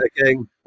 again